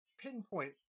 pinpoint